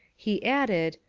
he added,